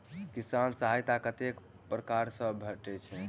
किसान सहायता कतेक पारकर सऽ भेटय छै?